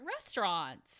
restaurants